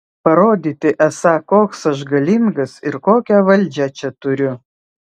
parodyti esą koks aš galingas ir kokią valdžią čia turiu